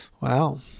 Wow